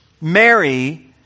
Mary